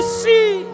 see